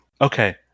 okay